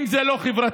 אם זה לא חברתי,